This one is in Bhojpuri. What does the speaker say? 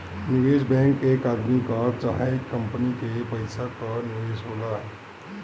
निवेश बैंक एक आदमी कअ चाहे कंपनी के पइसा कअ निवेश होला